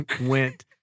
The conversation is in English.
went